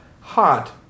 Hot